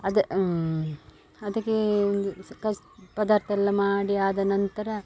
ಅದು ಅದಕ್ಕೆ ಒಂದು ಸ ಕ ಸ ಪದಾರ್ಥ ಎಲ್ಲ ಮಾಡಿ ಆದ ನಂತರ